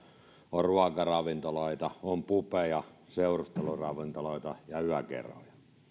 on ruokaravintoloita on pubeja seurusteluravintoloita